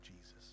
Jesus